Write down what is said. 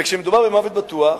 וכשמדובר במוות בטוח,